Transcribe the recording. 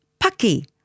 paki